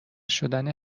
شدن